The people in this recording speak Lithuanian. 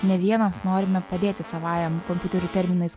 ne vienas norime padėti savajam kompiuterių terminais